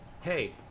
Hey